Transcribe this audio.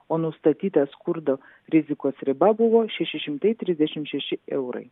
o nustatyta skurdo rizikos riba buvo šeši šimtai trisdešimt šeši eurai